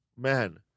man